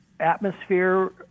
Atmosphere